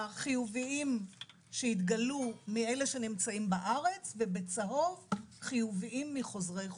החיוביים שהתגלו מאלה שנמצאים בארץ ובצהוב חיוביים מחוזרי חו"ל.